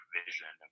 vision